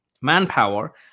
manpower